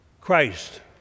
Christ